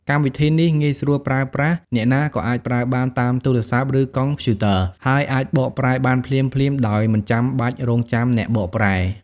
កម្មវិធីនេះងាយស្រួលប្រើប្រាស់ អ្នកណាក៏អាចប្រើបានតាមទូរសព្ទ ឬកុំព្យូទ័រ ហើយអាចបកប្រែបានភ្លាមៗ ដោយមិនចាំបាច់រង់ចាំអ្នកបកប្រែ។